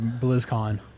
BlizzCon